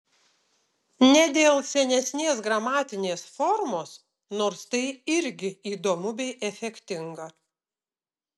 ne dėl senesnės gramatinės formos nors tai irgi įdomu bei efektinga